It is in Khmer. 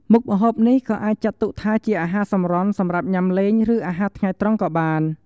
មុខម្ហូបនេះក៏អាចចាត់ទុកថាជាអាហារសម្រន់សម្រាប់ញាំលេង ឬអាហារថ្ងៃត្រង់ក៏បាន។